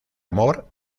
amor